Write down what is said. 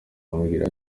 amubwira